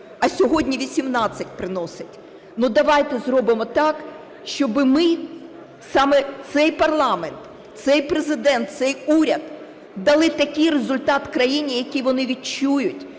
а сьогодні 18 приносить. Ну, давайте зробимо так, щоб ми, саме цей парламент, цей Президент, цей уряд дали такий результат країні, який вони відчують.